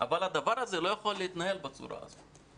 אבל הדבר הזה לא יכול להתנהל בצורה הזאת.